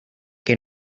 que